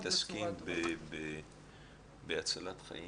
למרות שאנחנו מתעסקים בהצלת חיים,